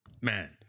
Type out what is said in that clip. Man